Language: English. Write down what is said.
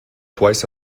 twice